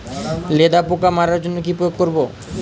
লেদা পোকা মারার জন্য কি প্রয়োগ করব?